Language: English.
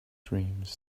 dreams